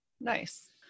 Nice